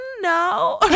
No